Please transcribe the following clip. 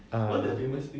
err